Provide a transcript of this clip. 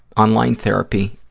online therapy,